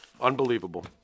Unbelievable